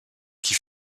qui